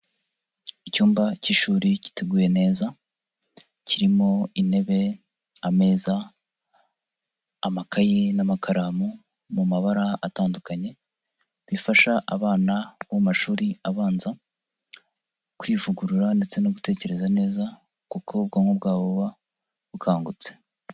Icyumba cy'ishuri giteguye neza, kirimo intebe, ameza, amakayi n'amakaramu mu mabara atandukanye, bifasha abana bo mu mashuri abanza, kwivugurura ndetse no gutekereza neza kuko ubwonko bwabo buba bukangutse.